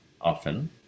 often